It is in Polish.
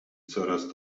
coraz